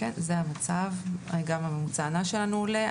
גם הממוצע הנע שלנו עולה.